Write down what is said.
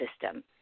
system